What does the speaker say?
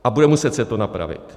A bude muset se to napravit.